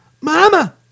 Mama